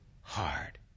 hard